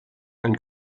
ein